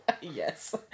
Yes